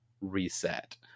reset